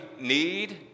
need